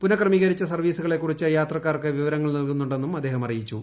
പുനഃക്രമീകരിച്ച സർവ്വീസുകളെ കുറിച്ച് യാത്രക്കാർക്ക് വിവരങ്ങൾ നല്കുന്നുണ്ടെന്നും അദ്ദേഹം അറിയിച്ചു